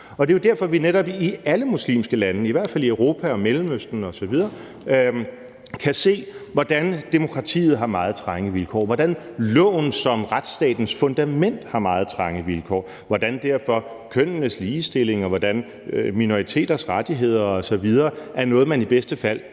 er. Det er jo derfor, at vi netop i alle muslimske lande, i hvert fald i Europa og Mellemøsten osv., kan se, hvordan demokratiet har meget trange vilkår, hvordan loven som retsstatens fundament har meget trange vilkår, hvordan kønnenes ligestilling, hvordan minoriteters rettigheder osv. er noget, som man i bedste fald